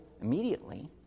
immediately